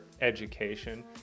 education